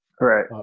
Right